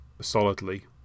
solidly